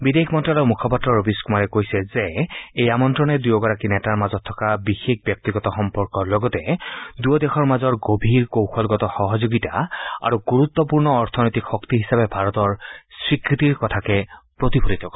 বিদেশ মন্ত্যালয়ৰ মুখপাত্ৰ ৰবীশ কুমাৰে কৈছে যে এই আমন্ত্ৰণে দুয়োগৰাকী নেতাৰ মাজত থকা ব্যক্তিগত সম্পৰ্কৰ লগতে দুয়ো দেশৰ মাজৰ গভীৰ কৌশলগত সহযোগিতা আৰু গুৰুত্বপূৰ্ণ অৰ্থনৈতিক শক্তি হিচাপে ভাৰতৰ স্বীকৃতিৰ কথাকে প্ৰতিফলিত কৰে